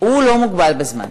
הוא לא מוגבל בזמן.